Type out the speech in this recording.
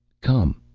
come!